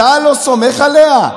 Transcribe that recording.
אתה לא סומך עליה?